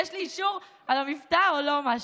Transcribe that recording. יש לי אישור על המבטא או לא משהו?